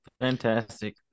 fantastic